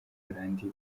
buholandi